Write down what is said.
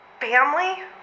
family